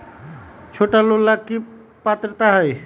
छोटा लोन ला की पात्रता है?